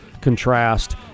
contrast